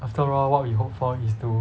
after all what we hope for is to